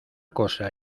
cosa